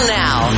now